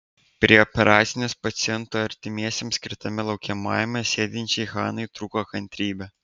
prie operacinės pacientų artimiesiems skirtame laukiamajame sėdinčiai hanai trūko kantrybė